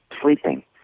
sleeping